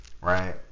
right